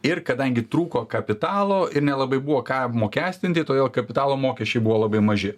ir kadangi trūko kapitalo ir nelabai buvo ką apmokestinti todėl kapitalo mokesčiai buvo labai maži